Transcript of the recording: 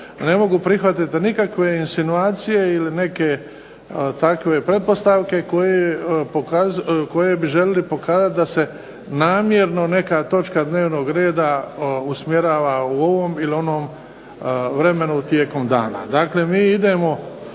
ne mogu prihvatiti nikakve insinuacije ili neke takve pretpostavke koje bi željeli pokazati da se namjerno neka točka dnevnog reda usmjerava u ovom ili onom vremenu tijekom dana.